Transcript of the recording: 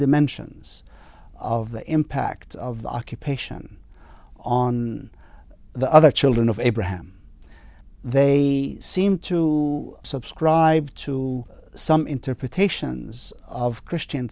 dimensions of the impact of the occupation on the other children of abraham they seem to subscribe to some interpretations of christian